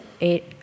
eight